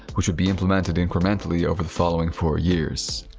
which would be implemented incrementally over the following four years.